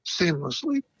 seamlessly